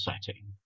setting